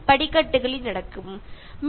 പടികൾ നടന്നു കയറുക